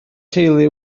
teulu